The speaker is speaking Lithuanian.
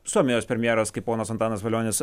suomijos premjeras kaip ponas antanas valionis